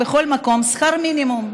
בכל מקום שכר מינימום.